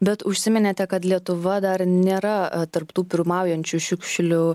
bet užsiminėte kad lietuva dar nėra tarp tų pirmaujančių šiukšlių